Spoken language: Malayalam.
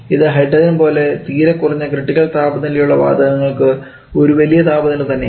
ഇത് ഹൈഡ്രജൻ പോലെ തീരെ കുറഞ്ഞ ക്രിട്ടിക്കൽ താപനിലയുള്ള വാതകങ്ങൾക്ക് ഒരു വലിയ താപനില തന്നെയാണ്